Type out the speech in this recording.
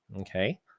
okay